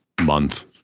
month